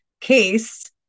case